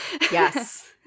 Yes